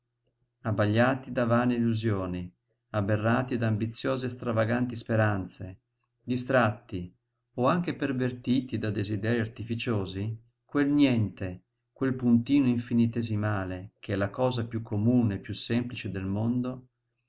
abbagliati da vane illusioni aberrati da ambiziose e stravaganti speranze distratti o anche pervertiti da desiderii artificiosi quel niente quel puntino infinitesimale che è la cosa piú comune e piú semplice del mondo